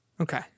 Okay